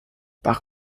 par